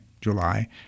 July